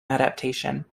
adaptation